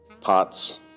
pots